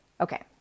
Okay